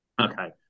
okay